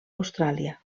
austràlia